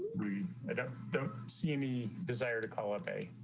we ah don't see any desire to call up a